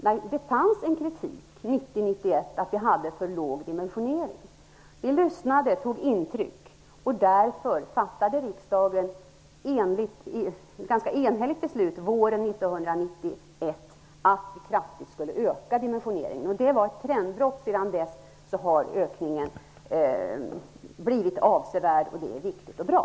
Men det fanns en kritik 1990--1991 mot att dimensioneringen var för låg. Vi lyssnade och tog intryck. Därför fattade riksdagen ett ganska enhälligt beslut våren 1991 om att kraftigt öka dimensioneringen. Det var ett trendbrott. Sedan dess har ökningen blivit avsevärd, vilket är viktigt och bra.